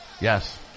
Yes